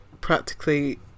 practically